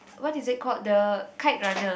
what is it called the Kite Runner